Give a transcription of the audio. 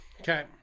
Okay